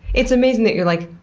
it's amazing that you're like,